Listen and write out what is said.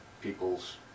people's